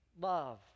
love